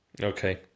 Okay